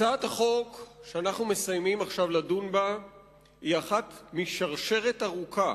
הצעת החוק שאנחנו מסיימים עכשיו לדון בה היא אחת משרשרת ארוכה